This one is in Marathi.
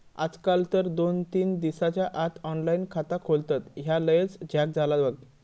आजकाल तर दोन तीन दिसाच्या आत ऑनलाइन खाता खोलतत, ह्या लयच झ्याक झाला बघ